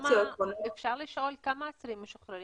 אפשר לשאול כמה אסירים משוחררים